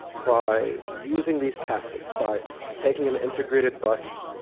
by using these tactics, by taking an integrated bus,